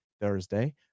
Thursday